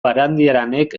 barandiaranek